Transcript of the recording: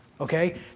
Okay